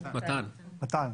מתן.